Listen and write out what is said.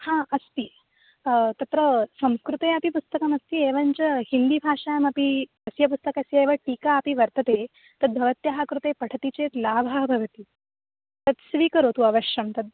हा अस्ति तत्र संस्कृते अपि पुस्तकम् अस्ति एवं च हिन्दी भाषायाम् अपि तस्य पुस्तकस्य एव टीका अपि वर्तते तद् भवत्याः कृते पठति चेत् लाभः भवति तत् स्वीकरोतु अवश्यं तद्